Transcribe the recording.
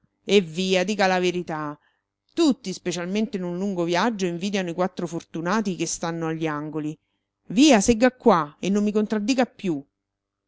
eh via dica la verità tutti specialmente in un lungo viaggio invidiano i quattro fortunati che stanno agli angoli via segga qua e non mi contraddica più